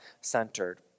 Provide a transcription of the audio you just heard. centered